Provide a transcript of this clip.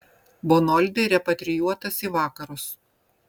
bonoldi repatrijuotas į vakarus